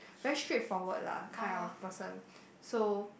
very straightforward lah kind of person so